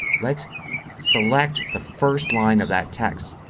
let's select the first line of that text.